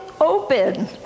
open